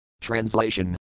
Translation